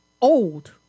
old